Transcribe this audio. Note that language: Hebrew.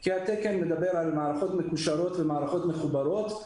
כי התקן מדבר על מערכות מקושרות ומערכות מחוברות.